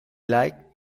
like